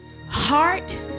Heart